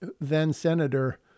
then-Senator